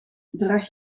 draag